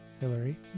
Hillary